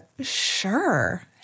sure